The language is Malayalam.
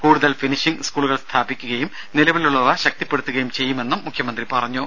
കൂടുതൽ ഫിനിഷിങ്ങ് സ്കൂളുകൾ സ്ഥാപിക്കുകയും നിലവിലുള്ളവ ശക്തിപ്പെടുത്തുകയും ചെയ്യുമെന്നും മുഖ്യമന്ത്രി പറഞ്ഞു